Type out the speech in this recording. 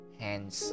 hands